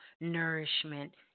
nourishment